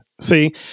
See